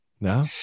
No